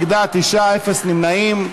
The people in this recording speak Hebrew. נגדה, 9, אפס נמנעים.